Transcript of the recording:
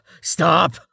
Stop